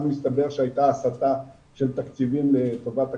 מסתבר שהייתה הסטה של תקציבים לטובת הקשישים,